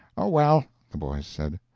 oh, well, the boys said,